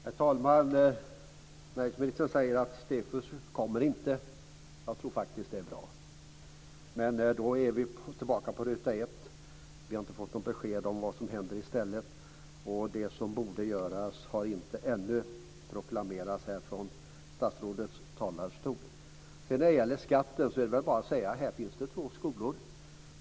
Herr talman! Näringsministern säger att STEFUS inte kommer att genomföras. Jag tror faktiskt att det är bra. Men då är vi tillbaka på ruta ett. Vi har inte fått något besked om vad som händer i stället och det som borde göras har ännu inte proklamerats av statsrådet från talarstolen. När det gäller skatten är det väl bara att säga att det här finns två skolor.